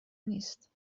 نیست